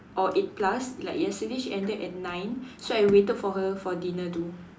or eight plus like yesterday she ended at nine so I waited for her for dinner though